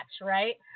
Right